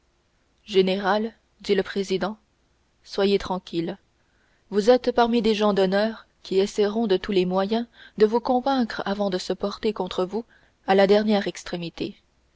général dit le président soyez tranquille vous êtes parmi des gens d'honneur qui essaieront de tous les moyens de vous convaincre avant de se porter contre vous à la dernière extrémité